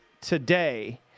Today